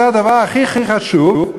זה הדבר הכי הכי חשוב.